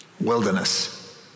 Wilderness